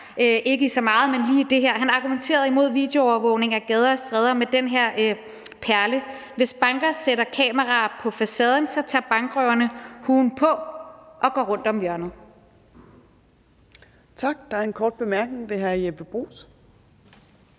ikke i så meget, men lige i det her, når han argumenterede imod videoovervågning af gader og stræder med den her perle: Hvis banker sætter kameraer på facaden, tager bankrøverne huen på og går rundt om hjørnet. Kl. 18:10 Fjerde næstformand (Trine Torp): Tak.